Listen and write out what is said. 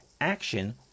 action